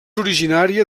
originària